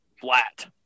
flat